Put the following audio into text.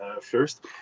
first